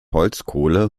holzkohle